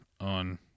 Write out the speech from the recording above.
on